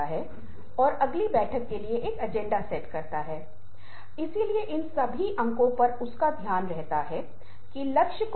लेकिन इन मुस्कान की अर्थपूर्णता की अवधारणा कुछ ऐसी है जो संदिग्ध है लेकिन फिर भी अन्य अध्ययनों से पता चला है कि जब लोग मुस्कुराते हैं तो एक शारीरिक परिवर्तन होता है